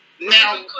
Now